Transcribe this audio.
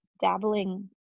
dabbling